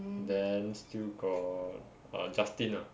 then still got err justin lah